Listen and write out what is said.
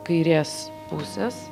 kairės pusės